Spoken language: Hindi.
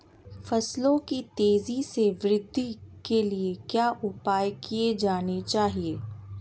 फसलों की तेज़ी से वृद्धि के लिए क्या उपाय किए जाने चाहिए?